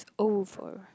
oh for